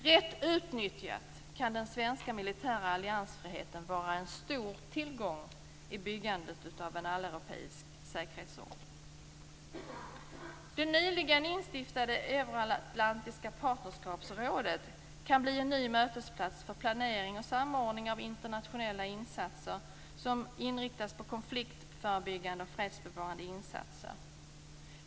Rätt utnyttjat kan den svenska militära alliansfriheten vara en stor tillgång i byggandet av en alleuropeisk säkerhetsordning. Det nyligen instiftade Euroatlantiska partnerskapsrådet kan bli en ny mötesplats för planering och samordning av internationella insatser, som inriktas på konfliktförebyggande och fredsbevarande insatser.